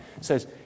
says